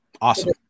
Awesome